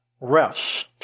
rest